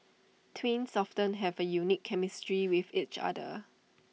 twins often have A unique chemistry with each other